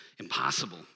Impossible